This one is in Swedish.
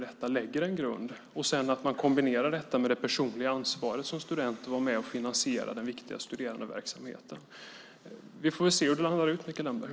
Det lägger en grund. Det ska kombineras med det personliga ansvaret som student att vara med och finansiera den viktiga studerandeverksamheten. Vi får se hur det faller ut, Mikael Damberg.